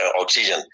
oxygen